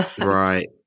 right